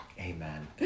amen